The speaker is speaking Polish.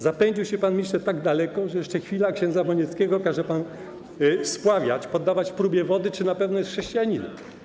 Zapędził się pan, panie ministrze, tak daleko, że jeszcze chwila i ks. Bonieckiego każe pan spławiać, poddawać próbie wody, czy na pewno jest chrześcijaninem.